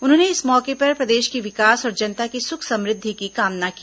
उन्होंने इस मौके पर प्रदेश के विकास और जनता की सुख समृद्धि की कामना की